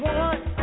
one